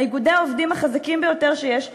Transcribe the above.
מאיגודי עובדים החזקים ביותר שיש בעולם.